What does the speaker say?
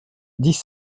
dix